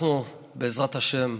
אנחנו, בעזרת השם,